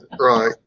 Right